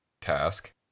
task